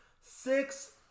six